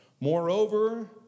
Moreover